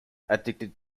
addicted